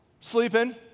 sleeping